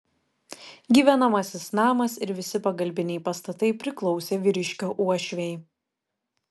gyvenamasis namas ir visi pagalbiniai pastatai priklausė vyriškio uošvei